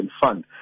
fund